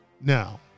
Now